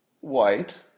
white